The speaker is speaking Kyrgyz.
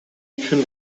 үчүн